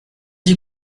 dit